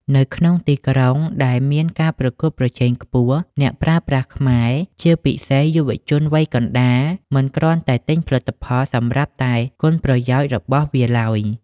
នៅក្នុងទីក្រុងដែលមានការប្រកួតប្រជែងខ្ពស់ អ្នកប្រើប្រាស់ខ្មែរ (ជាពិសេសយុវជនវ័យកណ្ដាល) មិនគ្រាន់តែទិញផលិតផលសម្រាប់តែគុណប្រយោជន៍របស់វាឡើយ។